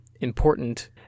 important